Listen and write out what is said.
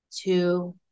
two